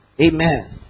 Amen